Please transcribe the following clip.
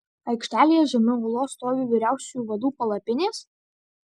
aikštelėje žemiau olos stovi vyriausiųjų vadų palapinės